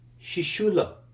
Shishula